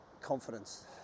confidence